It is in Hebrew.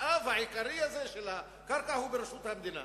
שהמשאב העיקרי הזה של הקרקע הוא ברשות המדינה.